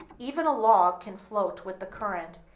even a log can float with the current,